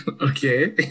Okay